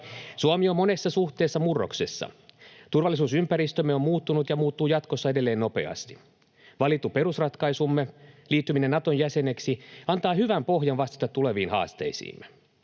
Suomi on monessa suhteessa murroksessa. Turvallisuusympäristömme on muuttunut ja muuttuu jatkossa edelleen nopeasti. Valittu perusratkaisumme, liittyminen Naton jäseneksi, antaa hyvän pohjan vastata tuleviin haasteisiimme.